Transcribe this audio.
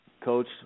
Coach